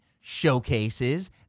showcases